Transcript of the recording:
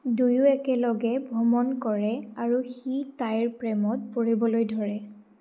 দুয়ো একেলগে ভ্ৰমণ কৰে আৰু সি তাইৰ প্ৰেমত পৰিবলৈ ধৰে